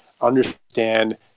understand